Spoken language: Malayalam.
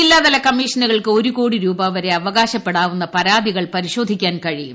ജില്ലാതല കമ്മീഷനുകൾക്ക് ഒരു കോടി രൂപ വരെ അവകാശപ്പെടാവുന്ന പരാതികൾ പരിശോധിക്കാൻ കഴിയും